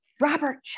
Robert